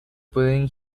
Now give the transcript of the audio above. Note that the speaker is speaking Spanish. pueden